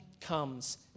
comes